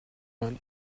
man